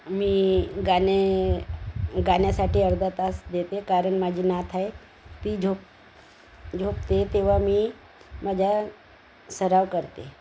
मी गाणे गाण्यासाठी अर्धा तास देते कारण माझी नात आहे ती झोप झोपते तेव्हा मी माझा सराव करते